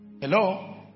hello